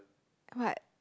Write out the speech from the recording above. what